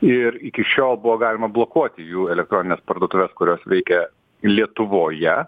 ir iki šiol buvo galima blokuoti jų elektronines parduotuves kurios veikia lietuvoje